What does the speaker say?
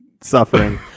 suffering